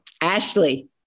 Ashley